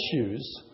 issues